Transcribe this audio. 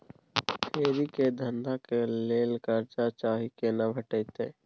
फेरी के धंधा के लेल कर्जा चाही केना भेटतै?